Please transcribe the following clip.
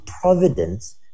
providence